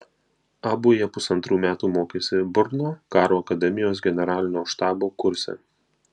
abu jie pusantrų metų mokėsi brno karo akademijos generalinio štabo kurse